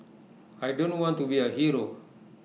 I don't want to be A hero